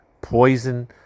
poison